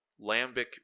Lambic